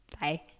bye